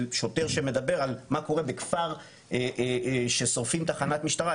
של שוטר שמדבר על מה קורה בכפר ששורפים תחנת משטרה.